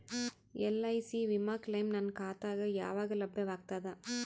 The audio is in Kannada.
ಎಲ್.ಐ.ಸಿ ವಿಮಾ ಕ್ಲೈಮ್ ನನ್ನ ಖಾತಾಗ ಯಾವಾಗ ಲಭ್ಯವಾಗತದ?